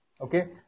Okay